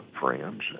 friends